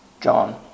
John